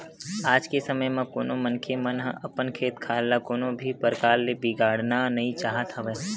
आज के समे म कोनो मनखे मन ह अपन खेत खार ल कोनो भी परकार ले बिगाड़ना नइ चाहत हवय